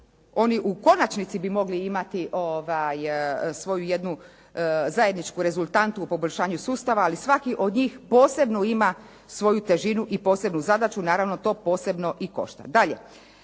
Oni u konačnici bi mogli imati svoju jednu zajedničku rezultantu u poboljšanju sustava, ali svaki od njih posebnu ima svoju težinu i posebnu zadaću. Naravno to posebno i košta.